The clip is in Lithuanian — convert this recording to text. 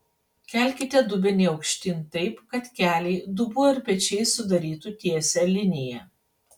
kelkite dubenį aukštyn taip kad keliai dubuo ir pečiai sudarytų tiesią liniją